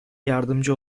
yardımcı